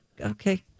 Okay